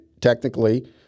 technically